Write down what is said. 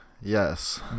Yes